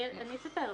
אני אספר.